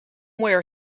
where